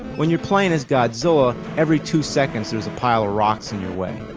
when you're playing as godzilla, every two seconds there's a pile of rocks in your way.